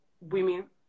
women